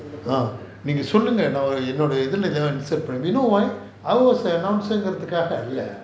நீங்க சொல்லுங்க நான் என்னோட இதுல:neenga sollunga naan ennoda ithula you know why I was the announcer காக அல்ல:kaaga alla